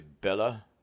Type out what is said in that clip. Bella